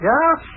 Yes